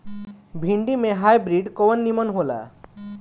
भिन्डी के हाइब्रिड कवन नीमन हो ला?